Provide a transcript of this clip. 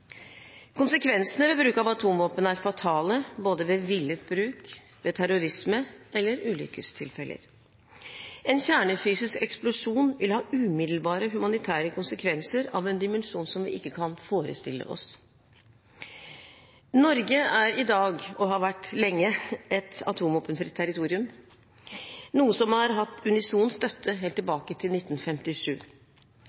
Konsekvensene av bruk av atomvåpen er fatale, både ved villet bruk, ved terrorisme og ved ulykkestilfeller. En kjernefysisk eksplosjon vil få umiddelbare humanitære konsekvenser av en dimensjon som vi ikke kan forestille oss. Norge er i dag – og har lenge vært – et atomvåpenfritt territorium, noe som har hatt unison støtte helt